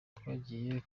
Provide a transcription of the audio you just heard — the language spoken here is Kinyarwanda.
twagiye